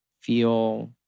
feel